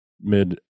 mid